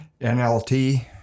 NLT